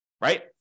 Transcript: Right